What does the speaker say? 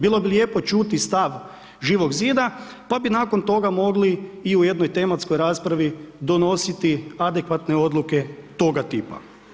Bilo bi lijepo čuti stav Živog zida pa bi nakon toga mogli i u jednoj tematskoj raspravi donositi adekvatne odluke toga tipa.